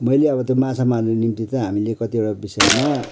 मैले अब त्यो माछा मार्नु निम्ति चाहिँ हामीले कतिवटा बिषयमा